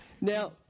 Now